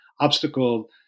obstacle